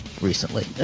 recently